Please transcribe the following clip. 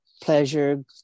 pleasure